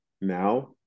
now